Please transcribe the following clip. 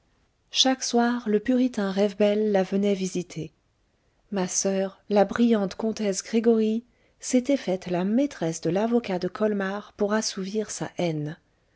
chaque soir le puritain rewbell la venait visiter ma soeur la brillante comtesse gregoryi s'était faite la maîtresse de l'avocat de colmar pour assouvir sa haine